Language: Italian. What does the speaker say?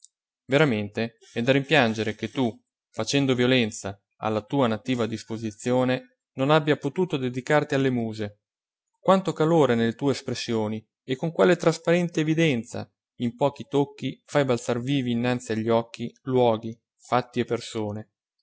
è da rimpiangere che tu facendo violenza alla tua nativa disposizione non abbia potuto dedicarti alle muse quanto calore nelle tue espressioni e con quale trasparente evidenza in pochi tocchi fai balzar vivi innanzi agli occhi luoghi fatti e persone